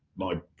my